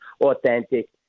authentic